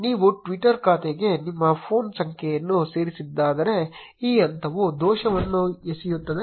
ನೀವು ಟ್ವಿಟರ್ ಖಾತೆಗೆ ನಿಮ್ಮ ಫೋನ್ ಸಂಖ್ಯೆಯನ್ನು ಸೇರಿಸದಿದ್ದರೆ ಈ ಹಂತವು ದೋಷವನ್ನು ಎಸೆಯುತ್ತದೆ